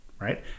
right